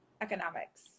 economics